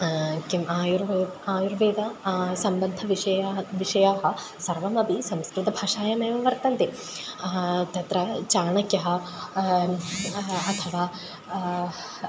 किम् आयुर्वेदः आयुर्वेदः सम्बद्धविषयाः विषयाः सर्वमपि संस्कृतभाषायामेव वर्तन्ते तत्र चाणक्यः अथवा